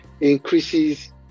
increases